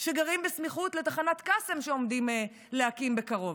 שגרים בסמיכות לתחנת קאסם שעומדים להקים בקרוב.